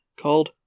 Called